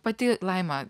pati laima